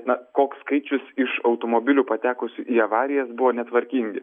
na koks skaičius iš automobilių patekusių į avarijas buvo netvarkingi